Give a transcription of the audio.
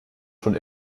schon